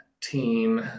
team